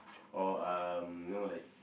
or um you know like